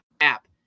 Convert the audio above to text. app